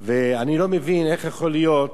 אני לא מבין איך יכול להיות